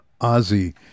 Ozzy